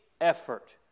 effort